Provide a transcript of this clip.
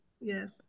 yes